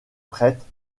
prêtres